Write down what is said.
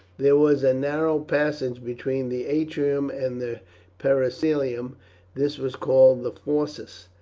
there was a narrow passage between the atrium and the peristylium this was called the fauces.